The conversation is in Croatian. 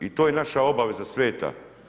I to je naša obaveza sveta.